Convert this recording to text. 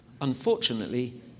Unfortunately